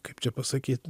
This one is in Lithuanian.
kaip čia pasakyt